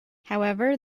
however